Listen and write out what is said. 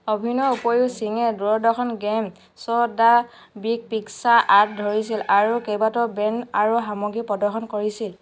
অভিনয়ৰ উপৰিও সিঙে Doordarshan game show the big picture আঁত ধৰিছিল আৰু কেইবাটাও ব্ৰেণ্ড আৰু সামগ্ৰী প্ৰদৰ্শন কৰিছিল